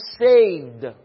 saved